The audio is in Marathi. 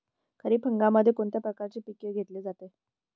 खरीप हंगामामध्ये कोणत्या प्रकारचे पीक घेतले जाते?